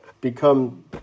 become